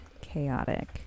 chaotic